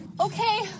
Okay